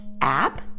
app